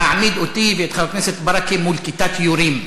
להעמיד אותי ואת חבר הכנסת ברכה מול כיתת יורים,